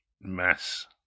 mass